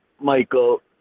Michael